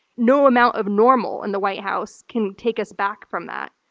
no amount of normal in the white house can take us back from that.